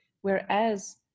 whereas